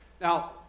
Now